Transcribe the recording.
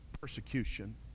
persecution